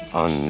on